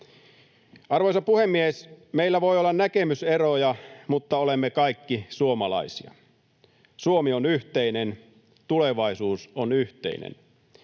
Arvoisa puhemies! Meillä voi olla näkemyseroja, mutta olemme kaikki suomalaisia. Suomi on yhteinen. Tulevaisuus on yhteinen.